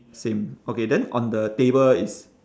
same okay then on the table is